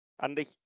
Andy